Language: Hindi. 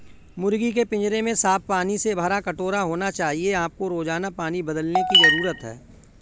मुर्गी के पिंजरे में साफ पानी से भरा कटोरा होना चाहिए आपको रोजाना पानी बदलने की जरूरत है